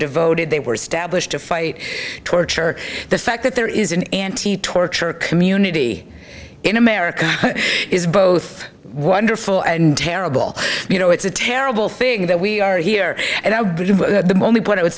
devoted they were established to fight torture the fact that there is an anti torture community in america is both wonderful and terrible you know it's a terrible thing that we are here and the only but i would